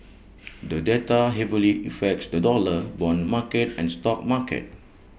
the data heavily affects the dollar Bond market and stock market